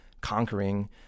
conquering